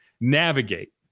navigate